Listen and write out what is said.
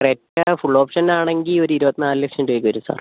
Creta full option ആണെങ്കിൽ ഒരു ഇരുപത്തിനാല് ലക്ഷം രൂപ ഒക്കെ വരും സാർ